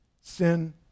sin